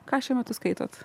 ką šiuo metu skaitot